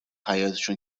حیاطشون